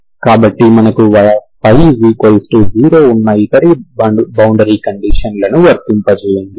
కాబట్టి మనకు y0 ఉన్న ఇతర బౌండరీ కండీషన్లను వర్తింపజేయండి